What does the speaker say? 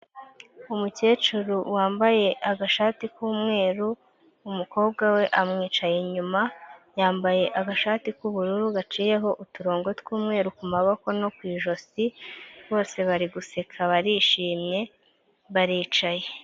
Umukecuru wambaye agashati k'umweru umukobwa we amwicaye inyuma, yambaye agashati k'ubururu gaciyeho uturongo tw'umweru ku maboko no ku ijosi bose bari guseka barishimye baricaye.